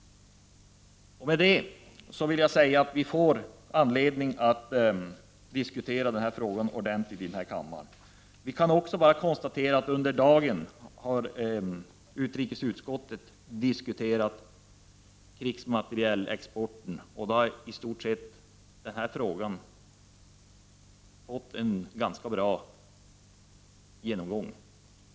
Vi får alltså tillfälle att diskutera frågan ordentligt här i kammaren. Jag konstaterar också att krigsmaterielexporten har debatterats tidigare i dag med anledning av ett betänkande från utrikesutskottet och att frågan då var föremål för en rätt utförlig genomgång.